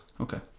okay